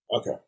Okay